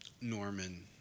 Norman